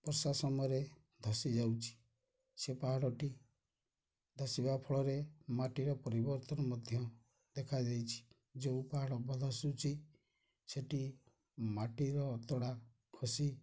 ବର୍ଷା ସମୟରେ ଧସି ଯାଉଛି ସେ ପାହାଡ଼ଟି ଧସିବା ଫଳରେ ମାଟିର ପରିବର୍ତ୍ତନ ମଧ୍ୟ ଦେଖାଦେଇଛି ଯେଉଁ ପାହାଡ଼ ଅବଧସୁଛି ସେଇଠି ମାଟିର ଅତଡ଼ା ଖସି